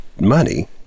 money